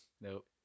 Nope